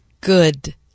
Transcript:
good